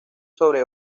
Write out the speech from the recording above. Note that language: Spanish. sobre